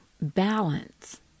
balance